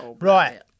Right